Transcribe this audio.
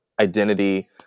identity